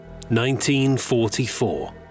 1944